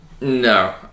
No